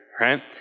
right